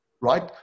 right